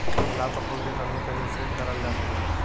गुलाब क फूल के कलमी कैसे करल जा सकेला?